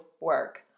work